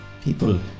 people